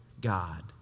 God